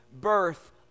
birth